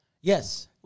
Yes